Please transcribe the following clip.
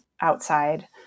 outside